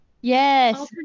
Yes